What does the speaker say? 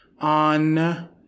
on